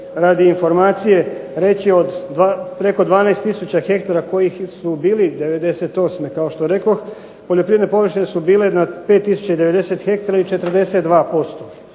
radi informacije reći preko 12 tisuća hektara koji su bili '98. kao što rekoh poljoprivredne površine su bile na 5 tisuća i 90 hektara i 42%.